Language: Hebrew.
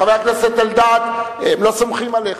חבר הכנסת אלדד, הם לא סומכים עליך